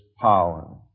power